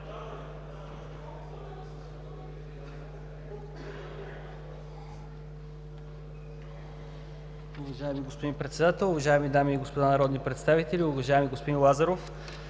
Уважаеми господин Председател, уважаеми дами и господа народни представители! Уважаеми господин Лазаров,